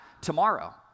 tomorrow